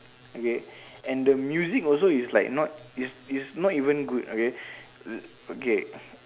okay and the music also is like not is is not even good okay okay